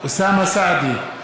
אוסאמה סעדי,